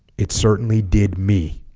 it certainly did me